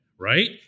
Right